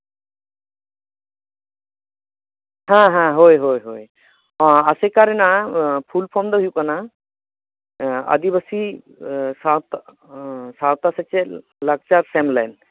ᱦᱮᱸ ᱦᱮᱸ ᱦᱳᱭ ᱦᱳᱭ ᱦᱳᱭ ᱟᱥᱮᱠᱟ ᱨᱮᱱᱟᱜ ᱯᱷᱩᱞ ᱯᱷᱚᱨᱢ ᱫᱚ ᱦᱩᱭᱩᱜ ᱠᱟᱱᱟ ᱟᱹᱫᱤᱵᱟᱹᱥᱤ ᱥᱟᱶᱛᱟ ᱥᱟᱶᱛᱟ ᱥᱮᱪᱮᱫ ᱞᱟᱠᱪᱟᱨ ᱥᱮᱢᱞᱮᱫ